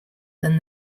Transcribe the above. than